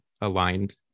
aligned